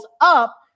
up